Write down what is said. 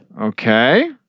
Okay